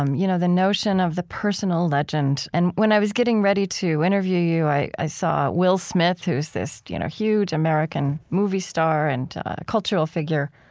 um you know the notion of the personal legend. and when i was getting ready to interview you, i i saw will smith, who's this you know huge american movie star and cultural figure,